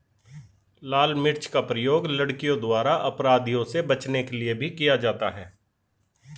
लाल मिर्च का प्रयोग लड़कियों द्वारा अपराधियों से बचने के लिए भी किया जाता है